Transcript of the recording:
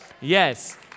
Yes